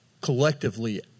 collectively